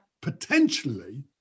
potentially